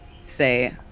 say